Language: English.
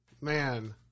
man